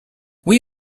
oui